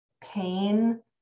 pain